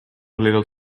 little